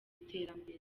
iterambere